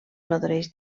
nodreix